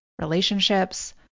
relationships